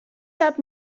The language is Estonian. saab